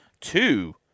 Two